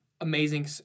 amazing